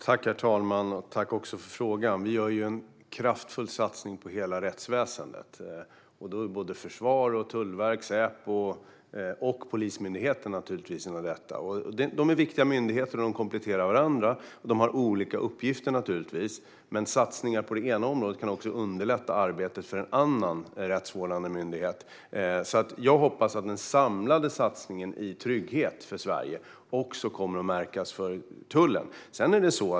Herr talman! Tack, Olle Felten, för frågan! Vi gör en kraftfull satsning på hela rättsväsendet. Då ingår både Försvarsmakten, Tullverket, Säpo och Polismyndigheten i detta. De är viktiga myndigheter och kompletterar varandra. De har olika uppgifter, naturligtvis, men satsningar på det ena området kan också underlätta arbetet för en annan rättsvårdande myndighet. Jag hoppas att den samlade satsningen på trygghet för Sverige också kommer att märkas för tullen.